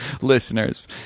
listeners